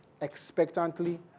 expectantly